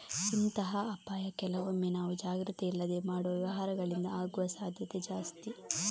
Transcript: ಇಂತಹ ಅಪಾಯ ಕೆಲವೊಮ್ಮೆ ನಾವು ಜಾಗ್ರತೆ ಇಲ್ಲದೆ ಮಾಡುವ ವ್ಯವಹಾರಗಳಿಂದ ಆಗುವ ಸಾಧ್ಯತೆ ಜಾಸ್ತಿ